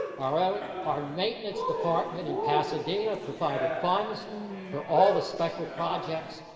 our own, our maintenance department in pasadena provided funds for all the special projects,